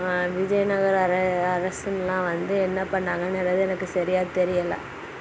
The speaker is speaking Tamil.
விஜயநகர அர அரசன்லாம் வந்து என்ன பண்ணாங்கள் அதாவது எனக்கு சரியாக தெரியலை